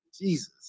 Jesus